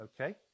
Okay